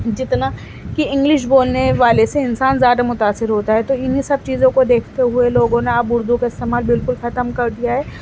جتنا کہ اِنگلش بولنے والے سے انسان زیادہ مُتاثر ہوتا ہے تو اِنہیں سب چیزوں کو دیکھتے ہوئے لوگوں نے اب اُردو کا استعمال بالکل ختم کر دیا ہے